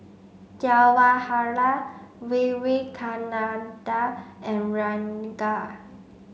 Jawaharlal Vivekananda and Ranga